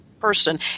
person